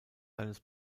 seines